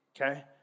Okay